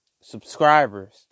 subscribers